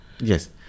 Yes